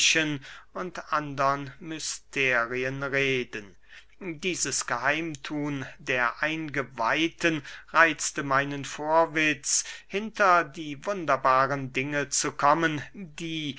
und andern mysterien reden dieses geheimthun der eingeweihten reitzte meinen vorwitz hinter die wunderbaren dinge zu kommen die